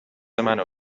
منو